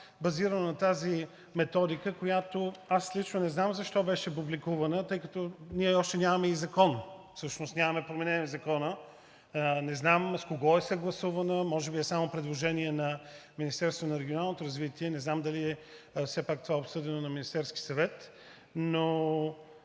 базирано на тази методика, която аз лично не знам защо беше публикувана, тъй като ние още нямаме и закон, всъщност нямаме промени в Закона. Не знам с кого е съгласувана, може би е само предложение на Министерството на регионалното развитие. Не знам дали все пак това е обсъдено на Министерски съвет, но